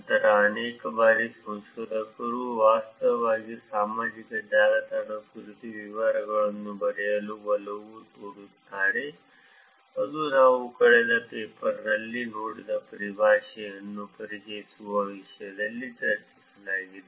ನಂತರ ಅನೇಕ ಬಾರಿ ಸಂಶೋಧಕರು ವಾಸ್ತವವಾಗಿ ಸಾಮಾಜಿಕ ಜಾಲತಾಣ ಕುರಿತು ವಿವರಗಳನ್ನು ಬರೆಯಲು ಒಲವು ತೋರುತ್ತಾರೆ ಅದು ನಾವು ಕಳೆದ ಪೇಪರ್ನಲ್ಲಿ ನೋಡಿದ ಪರಿಭಾಷೆಗಳನ್ನು ಪರಿಚಯಿಸುವ ವಿಷಯದಲ್ಲಿ ಚರ್ಚಿಸಲಾಗಿದೆ